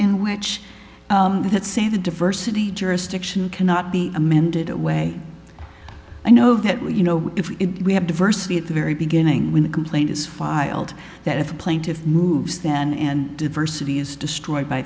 in which that say the diversity jurisdiction cannot be amended away i know that you know if we have diversity at the very beginning when a complaint is filed that if the plaintiffs moves then and diversity is destroyed by